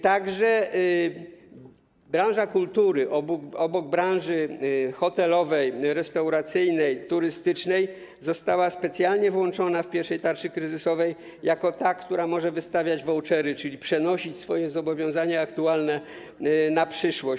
Tak więc branża kultury, obok branży hotelowej, restauracyjnej, turystycznej, została specjalnie włączona w pierwszej tarczy kryzysowej jako ta, która może wystawiać vouchery, czyli przenosić swoje zobowiązania aktualne na przyszłość.